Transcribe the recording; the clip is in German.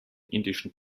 indischen